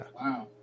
Wow